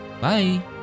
bye